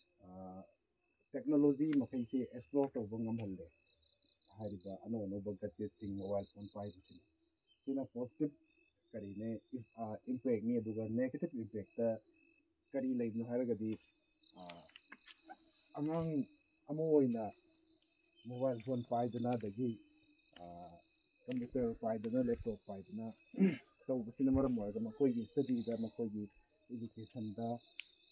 technology ꯃꯈꯩꯁꯤ explore ꯇꯧꯕ ꯉꯝꯍꯜꯂꯦ ꯍꯥꯏꯔꯤꯕ ꯑꯅꯧ ꯑꯅꯧꯕ ꯒꯦꯖꯦꯠꯁꯤꯡ ꯃꯣꯕꯥꯏꯜ ꯐꯣꯟ ꯕꯥꯏꯛꯁꯤꯅ ꯄꯣꯖꯤꯇꯤꯞ ꯀꯔꯤꯅꯦ ꯏꯝꯄꯦꯛꯅꯦ ꯑꯗꯨꯒ ꯅꯦꯒꯦꯇꯤꯞ ꯏꯝꯄꯦꯛꯇ ꯀꯔꯤ ꯂꯩꯕꯅꯣ ꯍꯥꯏꯔꯒꯗꯤ ꯑꯉꯥꯡ ꯑꯃ ꯑꯣꯏꯅ ꯃꯣꯕꯥꯏꯜ ꯐꯣꯟ ꯄꯥꯏꯗꯅ ꯑꯗꯒꯤ ꯀꯝꯄꯨꯇꯔ ꯄꯥꯏꯗꯅ ꯂꯦꯞꯇꯣꯞ ꯄꯥꯏꯗꯅ ꯇꯧꯕꯁꯤꯅ ꯃꯔꯝ ꯑꯣꯏꯔꯒ ꯃꯈꯣꯏꯒꯤ ꯏꯁꯇꯗꯤꯗ ꯃꯈꯣꯏꯒꯤ ꯏꯗꯨꯀꯦꯁꯟꯗ